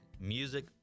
music